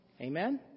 Amen